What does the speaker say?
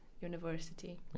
university